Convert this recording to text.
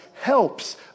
helps